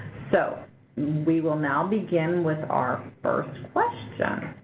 so we will now begin with our first question.